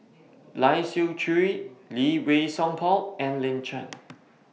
Lai Siu Chiu Lee Wei Song Paul and Lin Chen